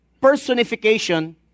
personification